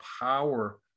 power